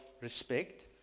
respect